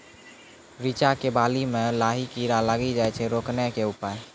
रिचा मे बाली मैं लाही कीड़ा लागी जाए छै रोकने के उपाय?